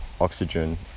oxygen